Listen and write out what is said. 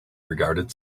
regarded